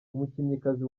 umukinnyikazi